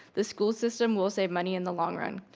the school system will save money in the long run.